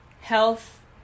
Health